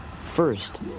First